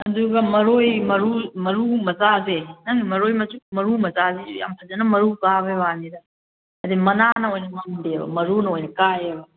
ꯑꯗꯨꯒ ꯃꯔꯣꯏ ꯃꯔꯨ ꯃꯔꯨ ꯃꯆꯥꯁꯦ ꯅꯪꯒꯤ ꯃꯔꯣꯏ ꯃꯔꯨ ꯃꯆꯥꯁꯤꯁꯨ ꯌꯥꯝ ꯐꯖꯅ ꯃꯔꯨ ꯀꯥꯕꯩ ꯋꯥꯅꯤꯗ ꯍꯥꯏꯗꯤ ꯃꯅꯥꯅ ꯑꯣꯏꯅ ꯉꯝꯗꯦꯕ ꯃꯔꯨꯅ ꯑꯣꯏꯅ ꯀꯥꯏꯌꯦꯕ